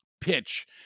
pitch